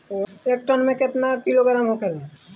एक टन मे केतना किलोग्राम होखेला?